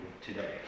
today